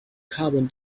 carbon